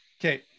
Okay